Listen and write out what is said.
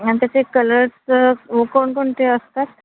आणि तसे कलर्सचं कोणकोणते असतात